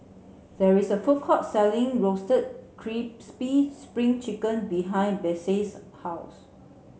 there is a food court selling roasted crispy spring chicken behind Besse's house